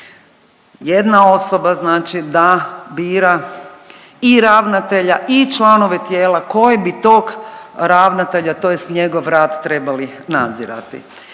Jedna osoba znači da bira i ravnatelja i članove tijela koje bi tog ravnatelja tj. njegov rad trebali nadzirati